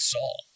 Saul